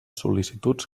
sol·licituds